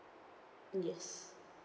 yes